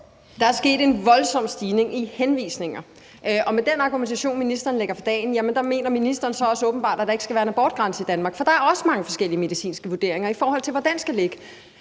Der er sket en voldsom stigning i antallet af henvisninger. Og med den argumentation, ministeren lægger for dagen, mener ministeren åbenbart også, at der ikke skal være en abortgrænse i Danmark, for der er også mange forskellige medicinske vurderinger, i forhold til hvor den skal ligge.